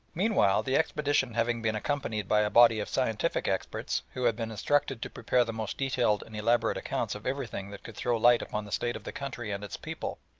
meanwhile, the expedition having been accompanied by a body of scientific experts, who had been instructed to prepare the most detailed and elaborate accounts of everything that could throw light upon the state of the country and its people,